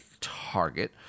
target